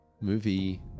movie